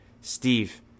Steve